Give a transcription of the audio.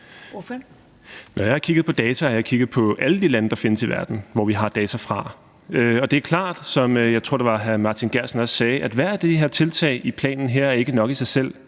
Når jeg har kigget på data, har jeg kigget på alle de lande i verden, som vi har data fra. Og det er klart, som jeg tror hr. Martin Geertsen også sagde, at ethvert af de her tiltag i planen ikke er nok i sig selv;